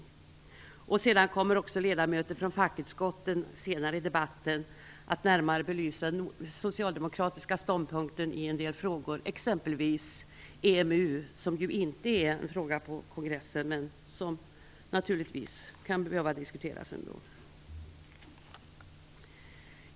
Senare i debatten kommer ledamöter från fackutskotten att närmare belysa den socialdemokratiska ståndpunkten i en del frågor, exempelvis EMU, som inte är en fråga för konferensen men som naturligtvis kan behöva diskuteras ändå.